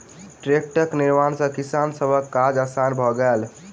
टेक्टरक निर्माण सॅ किसान सभक काज आसान भ गेलै